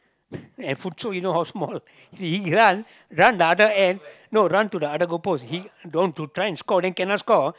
and futsal you know how small or not he run run the other end no run to the other goalpost he want to try to score then cannot score